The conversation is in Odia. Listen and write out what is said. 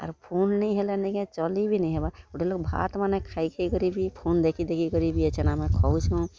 ଆର୍ ଫୋନ୍ ନେଇଁହେଲେ ନେଇଁ କେଁ ଚଲି ବି ନେଇଁହେବା ଗୁଟେ ଲୋକ୍ ଭାତ୍ମାନେ ଖାଇ ଖାଇ କରି ବି ଫୋନ୍ ଦେଖି ଦେଖିକରି ବି ଏଛେନ୍ ଖଉଚୁଁ